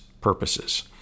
purposes